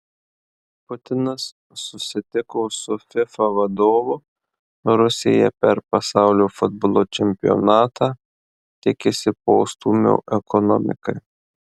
putinas susitiko su fifa vadovu rusija per pasaulio futbolo čempionatą tikisi postūmio ekonomikai